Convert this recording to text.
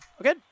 Okay